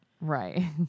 Right